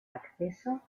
acceso